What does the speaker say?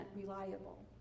reliable